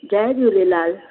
Jay Jhulelal